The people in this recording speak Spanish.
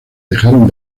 dejaron